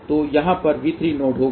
तो यहाँ पर V3 नोड होगा